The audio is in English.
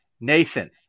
nathan